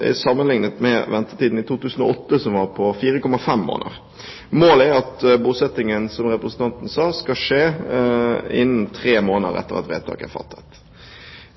I 2008 var ventetiden 4,5 måneder. Målet er at bosettingen, som representanten sa, skal skje innen tre måneder etter at vedtak er fattet.